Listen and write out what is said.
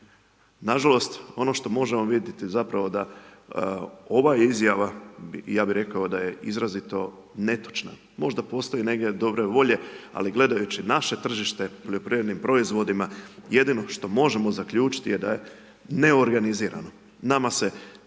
Nažalost, ono što možemo vidjeti, je zapravo, da ova izjava, ja bi rekao da je izrazito netočna. Možda postoji negdje dobre volje, ali gledajući naše tržište poljoprivrednim proizvodima, jedino što možemo zaključiti da je neorganizirano. Nama